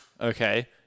okay